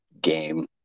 game